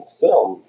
film